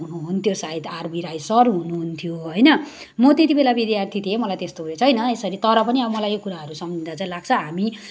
हुनुहुन्थ्यो सायद RB Rai sir हुनुहुन्थ्यो होइन म त्यति बेला विद्यार्थी थिएँ मलाई त्यस्तो उयो छैन यसरी तर पनि अब मलाई यो कुराहरू सम्झिँदा लाग्छ हामी